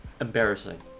embarrassing